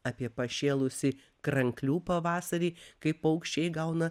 apie pašėlusį kranklių pavasarį kai paukščiai įgauna